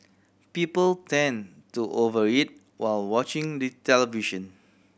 people tend to over eat while watching the television